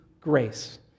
grace